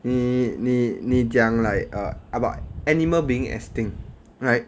你你你讲 like animal being extinct right